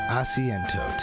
asiento